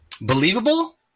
believable